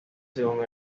según